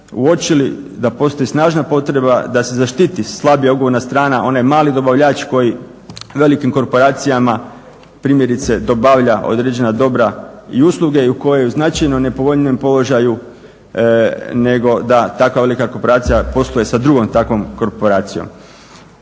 uočili da postoji snažna potreba da se zaštiti slabija ugovorna strana onaj mali dobavljač koji velikim korporacijama primjerice dobavlja određena dobra i usluge i koja je u značajno nepovoljnijem položaju nego da tako velika korporacija posluje sa drugom takvom korporacijom.